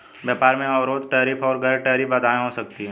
व्यापार में अवरोध टैरिफ और गैर टैरिफ बाधाएं हो सकती हैं